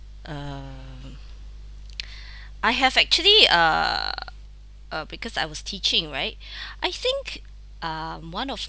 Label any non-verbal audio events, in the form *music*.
um *breath* I have actually uh because I was teaching right *breath* I think um one of